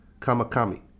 Kamakami